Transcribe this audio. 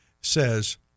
says